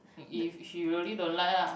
if she really don't like uh